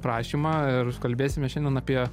prašymą ir kalbėsime šiandien apie